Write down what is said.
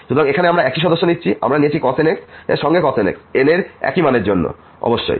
সুতরাং এখানে আমরা একই সদস্য নিচ্ছি আমরা নিয়েছি cos nx সঙ্গে cos nx n এর একই মানের জন্য অবশ্যই